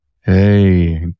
Hey